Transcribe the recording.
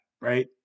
right